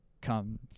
come